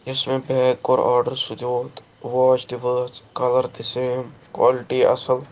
یُس مےٚ بیگ کوٚر آرڈر سُہ تہِ ووت واچ تہِ وٲژ کلر تہِ سیم کالٹی اصٕل